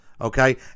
okay